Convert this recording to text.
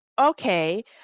okay